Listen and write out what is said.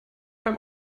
beim